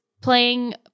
playing